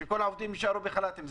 המדינה רוצה שכל העובדים יישארו בחל"תים,